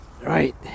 right